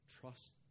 trust